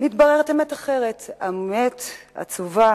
מתבררת אמת אחרת, אמת עצובה,